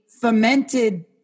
fermented